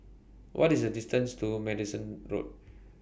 What IS The distance to Madison Road